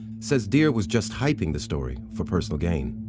says dear was just hyping the story for personal gain.